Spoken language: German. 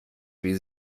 wie